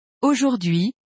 Aujourd'hui